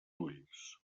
ulls